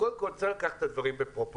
קודם כל, צריך לקחת את הדברים בפרופורציה.